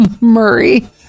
Murray